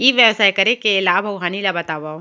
ई व्यवसाय करे के लाभ अऊ हानि ला बतावव?